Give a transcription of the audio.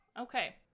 okay